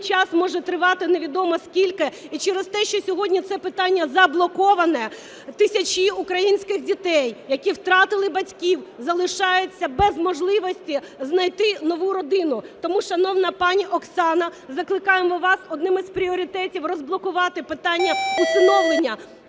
Тому, шановна пані Оксана, закликаємо вас одним із пріоритетів розблокувати питання усиновлення.